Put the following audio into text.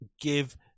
Give